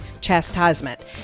chastisement